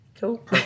Cool